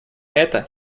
это